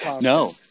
No